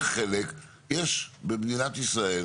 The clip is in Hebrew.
יש במדינת ישראל